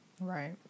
right